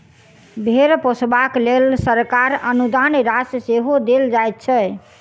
भेंड़ पोसबाक लेल सरकार अनुदान राशि सेहो देल जाइत छै